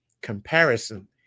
comparison